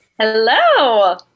Hello